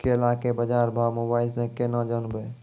केला के बाजार भाव मोबाइल से के ना जान ब?